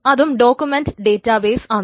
അതും document database ആണ്